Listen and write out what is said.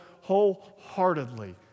wholeheartedly